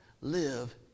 live